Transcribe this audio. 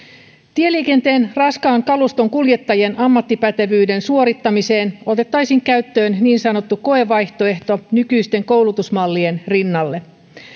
tieliikenteen raskaan kaluston kuljettajien ammattipätevyyden suorittamiseen otettaisiin käyttöön niin sanottu koevaihtoehto nykyisten koulutusmallien rinnalle